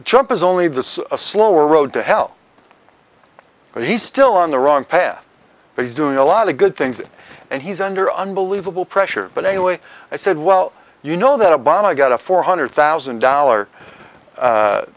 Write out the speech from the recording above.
trump is only this a slower road to hell and he's still on the wrong path but he's doing a lot of good things and he's under unbelievable pressure but anyway i said well you know that obama got a four hundred thousand dollar